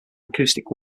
acoustic